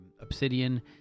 Obsidian